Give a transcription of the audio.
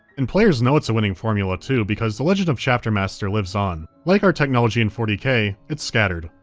and players know it's a winning formula, too, because the legend of chapter master lives on. like our technology in forty k, it's scattered.